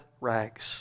rags